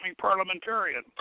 parliamentarian